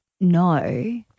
no